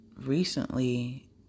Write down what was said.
recently